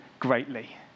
greatly